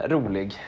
Rolig